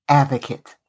advocate